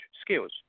skills